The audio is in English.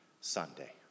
Sunday